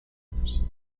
members